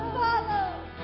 follow